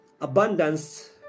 abundance